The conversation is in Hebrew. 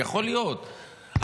יכול להיות,